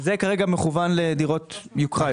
זה כרגע יותר מכוון לדירות יוקרה.